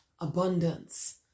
abundance